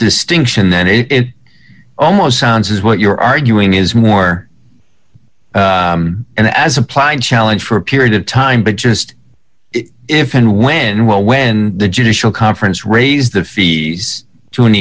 distinction then it almost sounds as what you're arguing is more and as applied challenge for a period of time but just if and when well when the judicial conference raised the fees to an